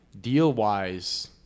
deal-wise